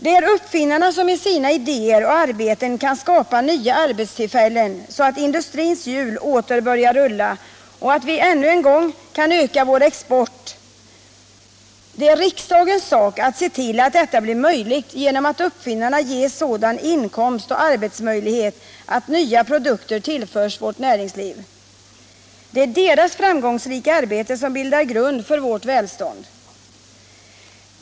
Det är uppfinnarna som med sina idéer och arbeten kan skapa nya arbetstillfällen så att industrins hjul åter börjar rulla och vi ännu en gång kan öka vår export. Det är riksdagens sak att se till att detta blir möjligt genom att uppfinnarna ges sådan inkomst och arbetsmöjlighet att nya produkter tillförs vårt näringsliv. Det är deras framgångsrika arbete som bildar grund för vårt välstånd.